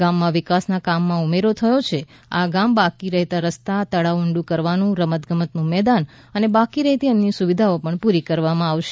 ગામમાં વિકાસના કામમાં ઉમેરો થયો છે આ ગામમાં બાકી રહેતા રસ્તા તળાવ ઉડુ કરવાનુ રમત ગમતનું મેદાન અને બાકી રહેતી અન્ય સુવિધાઓ પુરી કરવામાં આવશે